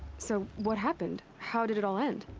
so. what happened? how did it all end?